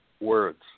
words